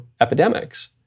epidemics